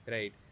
Right